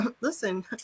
Listen